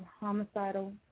Homicidal